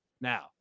Now